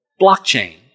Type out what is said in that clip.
blockchain